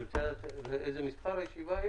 ישיבה שלישית